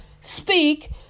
speak